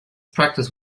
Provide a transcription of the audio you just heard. practice